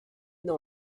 dans